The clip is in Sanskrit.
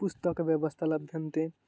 पुस्तकव्यवस्था लभ्यते